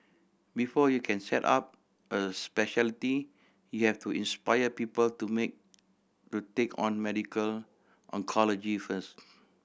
before you can set up a speciality you have to inspire people to make to take on medical oncology first